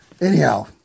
Anyhow